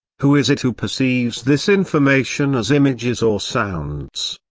who is it who perceives this information as images or sounds?